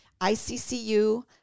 ICCU